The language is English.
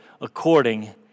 according